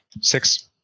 six